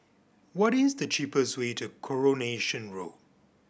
what is the cheapest way to Coronation Road